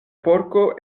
porko